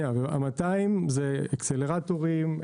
ה-200 מיליון זה אקסלרטורים,